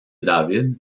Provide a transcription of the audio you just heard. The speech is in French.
david